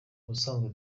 ubusanzwe